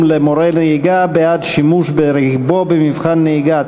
למורה נהיגה בעד שימוש ברכבו במבחן נהיגה),